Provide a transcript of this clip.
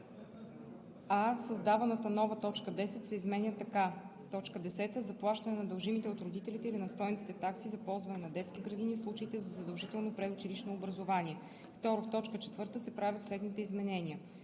създаваната нова т. 10 се изменя така: „10. Заплащане на дължимите от родителите или настойниците такси за ползване на детски градини в случаите на задължително предучилищно образование;“. 2. В т. 4 се правят следните изменения: